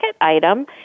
item